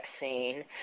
vaccine